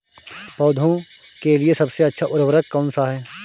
पौधों के लिए सबसे अच्छा उर्वरक कौनसा हैं?